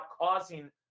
causing